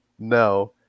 No